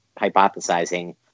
hypothesizing